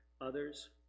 Others